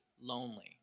lonely